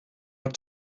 are